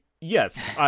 yes